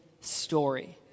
story